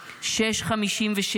6:56,